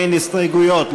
אין הסתייגויות.